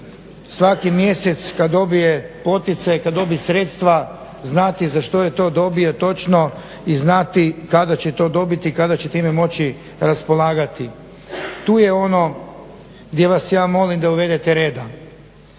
svaki mjesec kad dobije poticaj, kad dobi sredstva znati za što je to dobio točno i znati kada će to dobiti i kada će time moći raspolagati. Tu je ono gdje vas ja molim da uvedete reda.